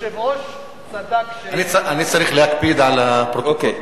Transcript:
היושב-ראש צדק, אני צריך להקפיד על הפרוטוקול.